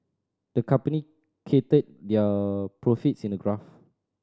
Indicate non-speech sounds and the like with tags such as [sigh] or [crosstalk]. the company [unintelligible] their profits in a graph